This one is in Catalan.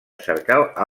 cercar